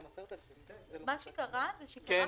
מה שקרה זה הקורונה.